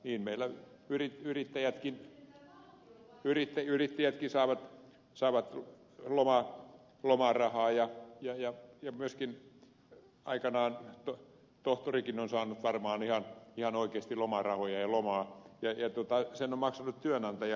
niin meillä yrittäjätkin saavat lomarahaa ja myöskin aikanaan tohtorikin on saanut varmaan ihan oikeasti lomarahoja ja lomaa ja sen on maksanut työnantaja